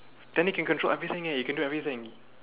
then you can control everything eh you can do anything